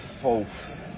fourth